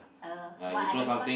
oh what are the fi~